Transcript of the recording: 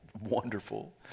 wonderful